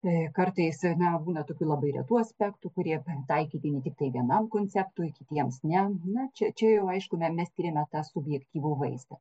kartais na būna tokių labai retų aspektų kurie taikytini tiktai vienam konceptui kitiems ne na čia čia jau aišku mes tyrėme tą subjektyvų vaizdą